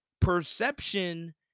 perception